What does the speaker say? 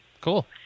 Cool